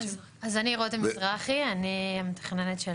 אז אני רותם מזרחי, אני המתכננת של